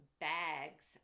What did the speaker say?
bags